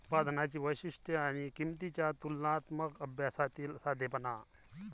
उत्पादनांची वैशिष्ट्ये आणि किंमतींच्या तुलनात्मक अभ्यासातील साधेपणा